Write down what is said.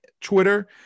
Twitter